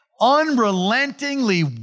unrelentingly